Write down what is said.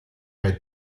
bei